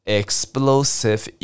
explosive